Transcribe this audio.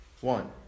one